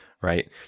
Right